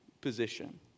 position